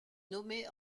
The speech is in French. nommée